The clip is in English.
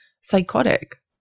psychotic